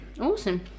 Awesome